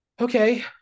okay